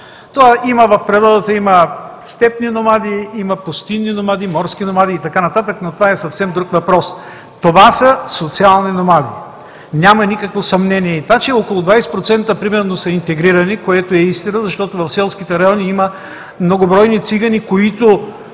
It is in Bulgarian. наготово. В природата има степни номади, има пустинни номади, има морски номади и така нататък, но това е съвсем друг въпрос. Това са социални номади – няма никакво съмнение. Това, че около 20% примерно са интегрирани, което е истина, защото в селските райони има многобройни цигани, които